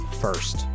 first